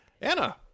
Anna